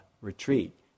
retreat